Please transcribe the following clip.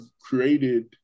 created